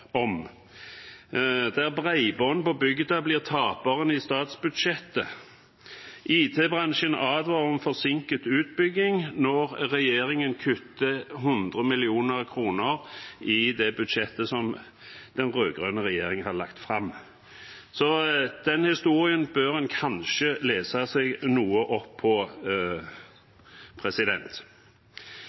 om statsbudsjettet: «Bredbånd på bygda blir taperen i statsbudsjettet.» De skrev at «IT-bransjen advarer om forsinket utbygging» når regjeringen kutter 100 mill. kr i det budsjettet som den rød-grønne regjeringen har lagt fram. Den historien bør en kanskje lese seg noe opp på.